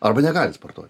arba negali sportuot